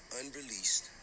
unreleased